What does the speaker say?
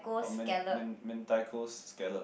or men men mentaiko scallop